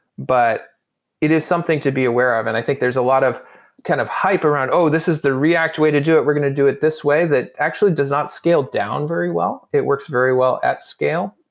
but it is something to be aware of. and i think there's a lot of kind of hype around, oh, this is the react way to do it. we're going to do it this way, that actually does not scale down very well. it works very well at scale.